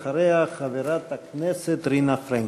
אחריה, חברת הכנסת רינה פרנקל.